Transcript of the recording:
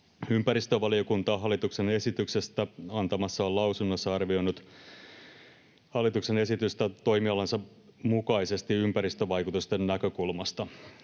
Ympäristövaliokunta on hallituksen esityksestä antamassaan lausunnossa arvioinut hallituksen esitystä toimialansa mukaisesti ympäristövaikutusten näkökulmasta.